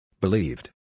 Believed